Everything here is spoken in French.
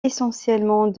essentiellement